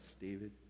David